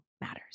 matters